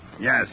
Yes